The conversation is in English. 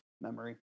memory